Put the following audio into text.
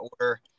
order